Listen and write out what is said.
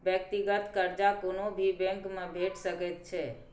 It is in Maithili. व्यक्तिगत कर्जा कोनो भी बैंकमे भेटि सकैत छै